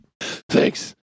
Thanks